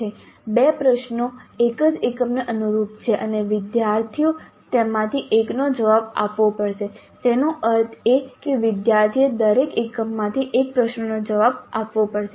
2 પ્રશ્નો એક જ એકમને અનુરૂપ છે અને વિદ્યાર્થીએ તેમાંથી એકનો જવાબ આપવો પડશે તેનો અર્થ એ કે વિદ્યાર્થીએ દરેક એકમમાંથી એક પ્રશ્નનો જવાબ આપવો પડશે